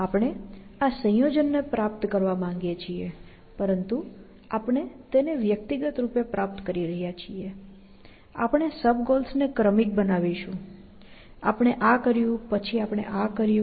આપણે આ સંયોજનને પ્રાપ્ત કરવા માગીએ છીએ પરંતુ આપણે તેને વ્યક્તિગત રૂપે પ્રાપ્ત કરીશું આપણે સબ ગોલ્સને ક્રમિક બનાવીશું આપણે આ કર્યું પછી આપણે આ કર્યું